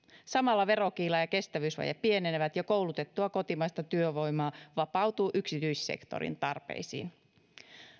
samalla verokiila ja kestävyysvaje pienenevät ja koulutettua kotimaista työvoimaa vapautuu yksityissektorin tarpeisiin